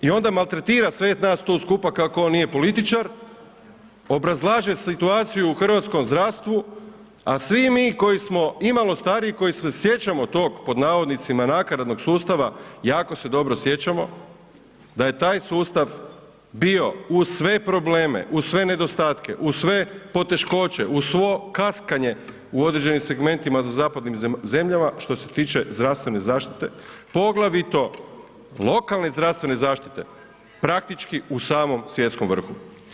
I onda maltretira sve nas tu skupa kako on nije političar, obrazlaže situaciju u hrvatskom zdravstvu, a svi mi koji smo imalo stariji koji se sjećamo tog pod navodnicima nakaradnog sustava jako se dobro sjećamo da je taj sustav bio uz sve probleme, uz sve nedostatke, uz sve poteškoće, uz svo kaskanje u određenim segmentima za zapadnim zemljama što se tiče zdravstvene zaštite, poglavito lokalne zdravstvene zaštite praktički u samom svjetskom vrhu.